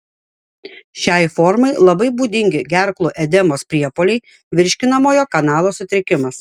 šiai formai labai būdingi gerklų edemos priepuoliai virškinamojo kanalo sutrikimas